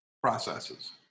processes